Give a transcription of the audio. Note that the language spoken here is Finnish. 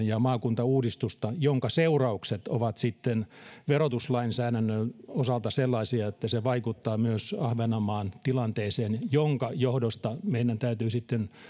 ja maakuntauudistusta jonka seuraukset ovat sitten verotuslainsäädännön osalta sellaisia että se vaikuttaa myös ahvenanmaan tilanteeseen minkä johdosta meidän täytyy sitten